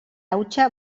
hautsa